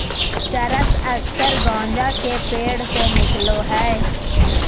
चरस अक्सर गाँजा के पेड़ से निकलो हइ